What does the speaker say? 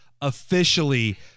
officially